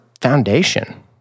foundation